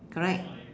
correct